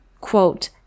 quote